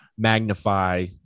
magnify